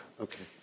Okay